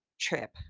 trip